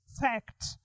fact